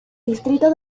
distrito